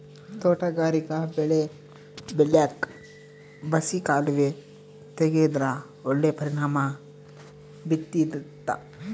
ತೋಟಗಾರಿಕಾ ಬೆಳೆ ಬೆಳ್ಯಾಕ್ ಬಸಿ ಕಾಲುವೆ ತೆಗೆದ್ರ ಒಳ್ಳೆ ಪರಿಣಾಮ ಬೀರ್ತಾದ